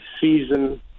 season